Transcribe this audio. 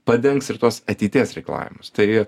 padengs ir tuos ateities reikalavimus tai